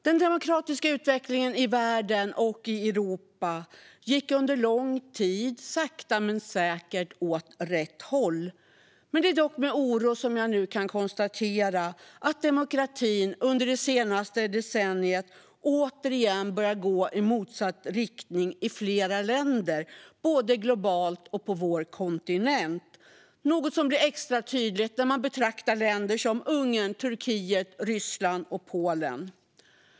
Den demokratiska utvecklingen i världen och i Europa gick under lång tid sakta men säkert åt rätt håll. Det är dock med oro som jag nu kan konstatera att demokratin under det senaste decenniet återigen börjar gå i motsatt riktning i flera länder - globalt och på vår kontinent. Det är något som blir extra tydligt när man betraktar länder som Ungern, Turkiet, Ryssland och Polen.